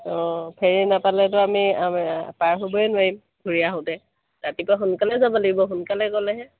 অঁ ফেৰি নাপালেতো আমি পাৰ হ'বই নোৱাৰিম ঘূৰি আহোঁতে ৰাতিপুৱা সোনকালে যাব লাগিব সোনকালে গ'লেহে